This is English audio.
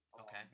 Okay